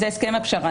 זה הסכם הפשרה.